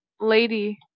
lady